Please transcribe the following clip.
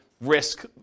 risk